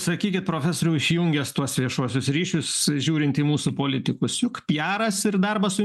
sakykit profesoriau išjungęs tuos viešuosius ryšius žiūrint į mūsų politikus juk pijaras ir darbas su